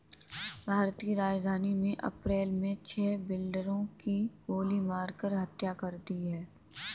भारत की राजधानी में अप्रैल मे छह बिल्डरों की गोली मारकर हत्या कर दी है